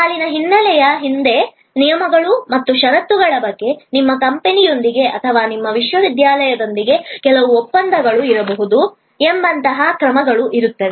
ಸಾಲಿನ ಹಿನ್ನೆಲೆಯ ಹಿಂದೆ ನಿಯಮಗಳು ಮತ್ತು ಷರತ್ತುಗಳ ಬಗ್ಗೆ ನಿಮ್ಮ ಕಂಪನಿಯೊಂದಿಗೆ ಅಥವಾ ನಿಮ್ಮ ವಿಶ್ವವಿದ್ಯಾಲಯದೊಂದಿಗೆ ಕೆಲವು ಒಪ್ಪಂದಗಳು ಇರಬಹುದು ಎಂಬಂತಹ ಕ್ರಮಗಳು ಇರುತ್ತವೆ